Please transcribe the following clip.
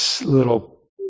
little